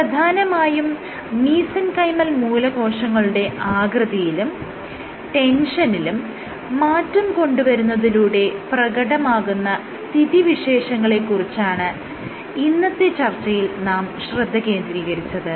പ്രധാനമായും മീസെൻകൈമൽ മൂലകോശങ്ങളുടെ ആകൃതിയിലും ടെൻഷനിലും മാറ്റം കൊണ്ടുവരുന്നതിലൂടെ പ്രകടമാകുന്ന സ്ഥിതിവിശേഷങ്ങളെ കുറിച്ചാണ് ഇന്നത്തെ ചർച്ചയിൽ നാം ശ്രദ്ധ കേന്ദ്രീകരിച്ചത്